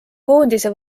koondise